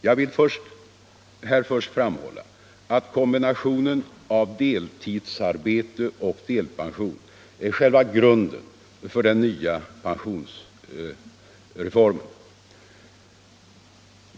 Jag vill här först framhålla att kombinationen av deltidsarbete och delpension är själva grunden för den nya pensionsformen.